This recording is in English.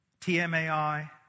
TMAI